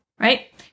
right